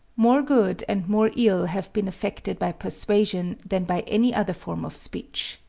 more good and more ill have been effected by persuasion than by any other form of speech.